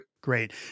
Great